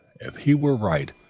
if he were right,